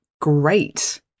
great